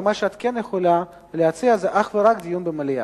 ומה שאת כן יכולה להציע זה אך ורק דיון במליאה.